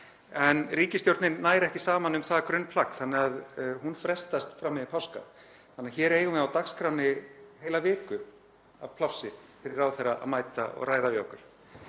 en ríkisstjórnin nær ekki saman um það grunnplagg þannig að hún frestast fram yfir páska. Við eigum því hér á dagskránni heila viku af plássi fyrir ráðherra að mæta og ræða við okkur.